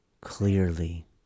clearly